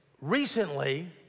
recently